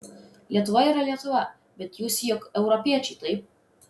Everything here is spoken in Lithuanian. lietuva yra lietuva bet jūs juk europiečiai taip